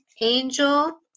Angel